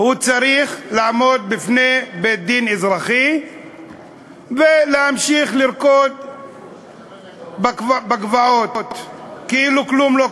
צריך לעמוד בפני בית-דין אזרחי ולהמשיך לרקוד בגבעות כאילו כלום לא קרה.